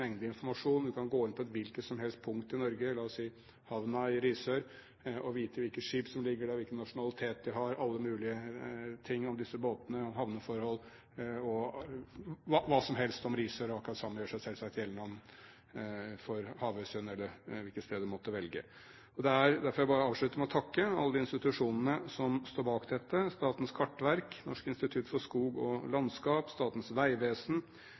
mengde informasjon! Man kan gå inn på et hvilket som helst punkt i Norge – la oss si havna i Risør. Man kan få vite hvilke skip som ligger der, hvilken nasjonalitet de har, alt mulig om disse båtene, og om havneforhold – og hva som helst om Risør. Akkurat det samme gjør seg selvsagt gjeldende for Havøysund eller hvilket sted man måtte velge. Derfor vil jeg bare avslutte med å takke alle de institusjonene som står bak dette: Statens kartverk, Norsk institutt for skog og landskap, Statens vegvesen,